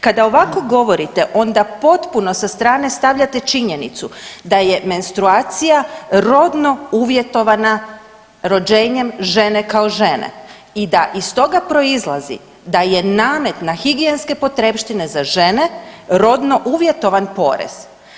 Kada ovako govorite onda potpuno sa strane stavljate činjenicu da je menstruacija rodno uvjetovana rođenjem žene kao žene i da iz toga proizlazi da je namet na higijenske potrepštine za žene rodno uvjetovan porez.